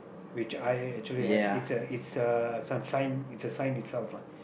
which I actually have is a is a some sign it's a sign itself lah